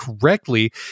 correctly